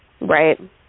Right